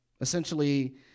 essentially